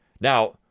Now